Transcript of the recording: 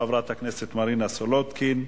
חברת הכנסת מרינה סולודקין,